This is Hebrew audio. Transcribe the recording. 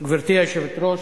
גברתי היושבת-ראש,